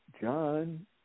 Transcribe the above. John